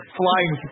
flying